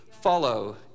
follow